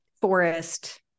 forest